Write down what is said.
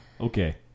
Okay